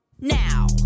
now